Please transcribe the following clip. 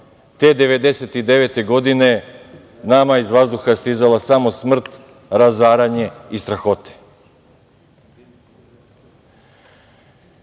te 1999. godine, nama iz vazduha je stizala samo smrt, razaranje i strahote. Šteta